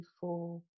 four